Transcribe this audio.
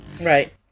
Right